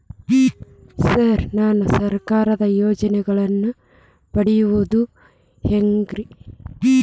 Sir ನಾನು ಸರ್ಕಾರ ಯೋಜೆನೆಗಳನ್ನು ಪಡೆಯುವುದು ಹೆಂಗ್ರಿ?